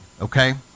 okay